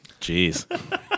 Jeez